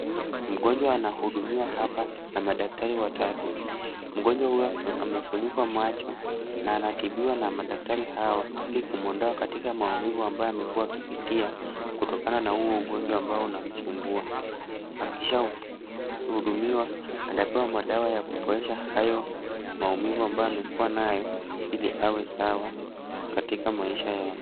Mgonjwa anahudumiwa hapa, na madaktari watatu. Mgonjwa huyo amefunikwa macho na anatibiwa na madaktari hawa ili kumuondoa katika maumivu ambayo amekuwa akipitia kutokana na huo ugonjwa ambao unamsumbua. Akishahudumiwa, atapewa madawa ya kupoesha hayo maumivu ambayo amekuwa nayo ili awe sawa katika maisha yake.